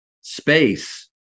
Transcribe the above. space